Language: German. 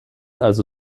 also